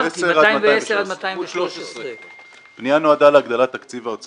210 עד 213. אני בעד שתצביע על הרביזיה